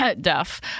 Duff